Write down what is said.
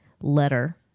letter